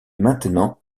maintenant